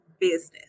business